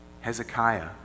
Hezekiah